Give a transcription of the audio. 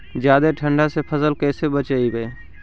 जादे ठंडा से फसल कैसे बचइबै?